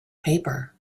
paper